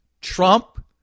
Trump